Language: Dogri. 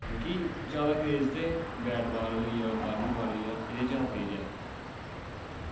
की जादै क्रेज ते बैट बॉल होई गेआ बॉलीबॉल होई गेआ एह्दे जादै क्रेज ऐ